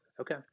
Okay